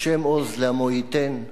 ה' עוז לעמו ייתן,